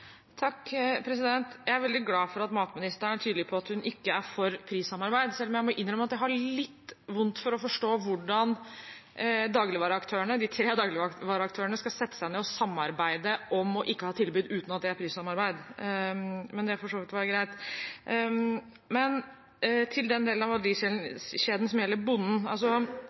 Jeg er veldig glad for at matministeren er tydelig på at hun ikke er for prissamarbeid, selv om jeg må innrømme at jeg har litt vondt for å forstå hvordan de tre dagligvareaktørene skal sette seg ned og samarbeide om ikke å ha tilbud, uten at det er prissamarbeid – men det får for så vidt være greit. Til den delen av verdikjeden som gjelder bonden: